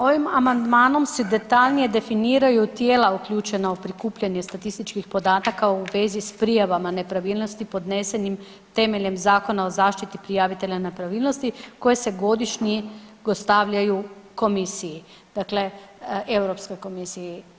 Ovim amandmanom se detaljnije definiraju tijela uključena u prikupljanje statističkih podataka u vezi sa prijavama nepravilnosti podnesenim temeljem Zakona o zaštiti prijavitelja nepravilnosti koje se godišnje dostavljaju Komisiji, dakle Europskoj komisiji.